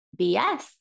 BS